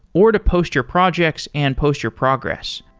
or to post your projects and post your progress.